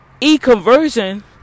e-conversion